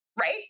Right